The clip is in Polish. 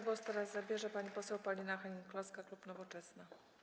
Głos teraz zabierze pani poseł Paulina Hennig-Kloska, klub Nowoczesna.